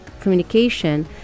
communication